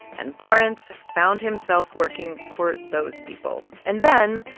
and lawrence found himself working for those people. and then,